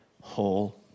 whole